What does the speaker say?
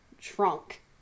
trunk